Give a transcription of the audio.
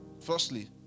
firstly